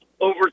over